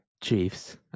Chiefs